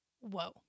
Whoa